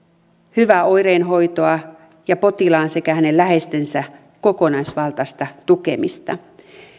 hyvää oireenhoitoa ja potilaan sekä hänen läheistensä kokonaisvaltaista tukemista